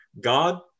God